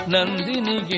Nandini